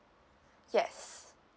yes